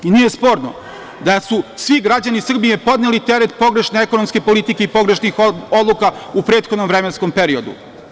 Nije sporno da su svi građani Srbije podneli teret pogrešne ekonomske politike i pogrešnih odluka u prethodnom vremenskom periodu.